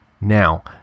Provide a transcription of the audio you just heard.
Now